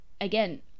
again